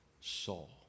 Saul